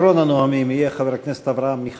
אחרון הנואמים יהיה חבר הכנסת אברהם מיכאלי.